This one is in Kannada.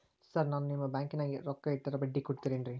ಸರ್ ನಾನು ನಿಮ್ಮ ಬ್ಯಾಂಕನಾಗ ರೊಕ್ಕ ಇಟ್ಟರ ಬಡ್ಡಿ ಕೊಡತೇರೇನ್ರಿ?